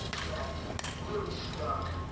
that really struck.